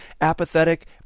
apathetic